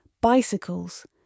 bicycles